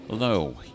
Hello